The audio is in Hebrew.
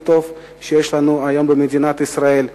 טוב למנהיגות שיש לנו היום במדינת ישראל.